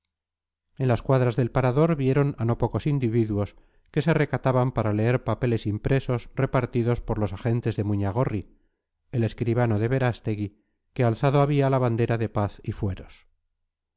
en las cuadras del parador vieron a no pocos individuos que se recataban para leer papeles impresos repartidos por los agentes de muñagorri el escribano de berástegui que alzado había la bandera de paz y fueros